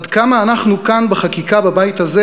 עד כמה אנחנו כאן בחקיקה בבית הזה,